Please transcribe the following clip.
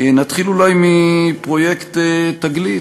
נתחיל אולי מפרויקט "תגלית",